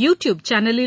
Rafale